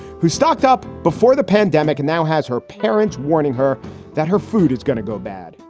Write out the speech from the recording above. who stocked up before the pandemic and now has her parents warning her that her food is going to go bad.